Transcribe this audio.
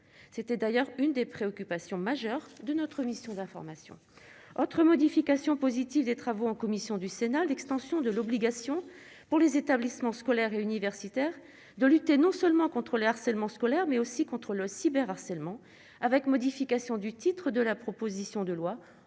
c'était d'ailleurs une des préoccupations majeures de notre mission d'information autre modification positive des travaux en commission du Sénat l'extension de l'obligation pour les établissements scolaires et universitaires de lutter non seulement contre le harcèlement scolaire mais aussi contre le cyber-harcèlement avec modification du titre de la proposition de loi,